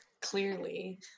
Clearly